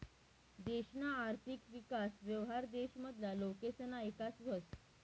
देशना आर्थिक विकास व्हवावर देश मधला लोकसना ईकास व्हस